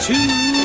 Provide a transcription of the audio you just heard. Two